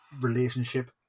relationship